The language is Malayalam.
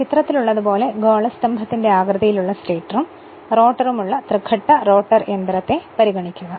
ചിത്രത്തിലുള്ളതു പോലെ ഗോളസ്തംഭത്തിന്റെ ആകൃതിയുള്ള സ്റ്റേറ്ററും റോട്ടർമുള്ള തൃഘട്ട റോട്ടർ യന്ത്രത്തെ പരിഗണിക്കുക